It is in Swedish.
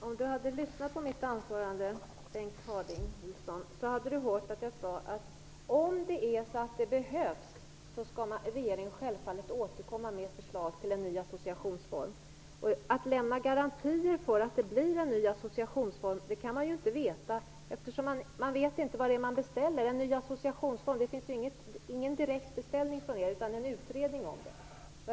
Fru talman! Om Bengt Harding Olson hade lyssnat på mitt anförande hade han hört att jag sade att om det behövs skall regeringen självfallet återkomma med förslag till en ny associationsform. Det är svårt att lämna garantier för att det blir en ny associationsform. Det kan man ju inte veta. Man vet inte vad det är man beställer - en ny associationsform. Det finns ju ingen direkt beställning från er, utan det finns en utredning om det.